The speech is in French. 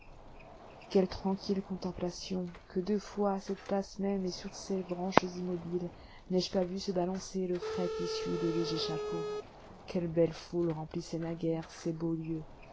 quelles tranquilles contemplations que de fois à cette place même et sur ces branches immobiles n'ai-je pas vu se balancer le frais tissu et le léger chapeau quelle belle foule remplissait naguère ces beaux lieux